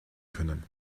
könnten